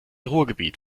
ruhrgebiet